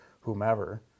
whomever